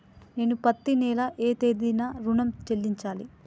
నేను పత్తి నెల ఏ తేదీనా ఋణం చెల్లించాలి?